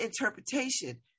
interpretation